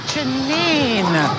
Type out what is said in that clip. Janine